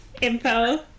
info